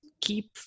keep